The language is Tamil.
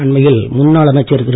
அண்மையில் முன்னாள் அமைச்சர் திரு